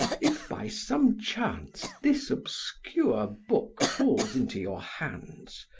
if by some chance this obscure book falls into your hands,